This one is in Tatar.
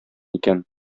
икән